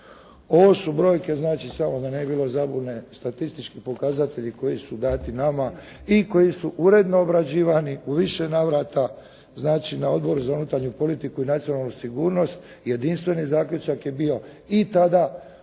Ovo su brojke znači samo da ne bi bilo zabune statistički pokazatelji koji su dati nama i koji su uredno obrađivani u više navrata, znači na Odboru za unutarnju politiku i nacionalnu sigurnost, jedinstveni zaključak je bio i tada odmah